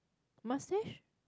must they